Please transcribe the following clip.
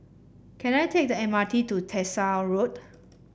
can I take the M R T to Tyersall Road